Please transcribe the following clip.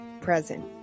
present